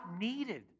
needed